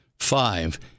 Five